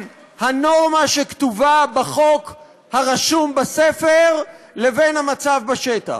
הנורמה שכתובה בחוק הרשום בספר לבין המצב בשטח.